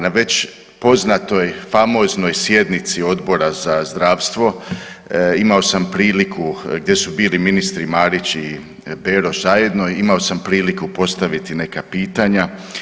Na već poznatoj famoznoj sjednici Odbora za zdravstvo imao sam priliku gdje su bili ministri Marić i Bero zajedno, imao sam priliku postaviti neka pitanja.